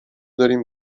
داریم